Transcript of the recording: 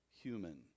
human